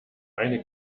eine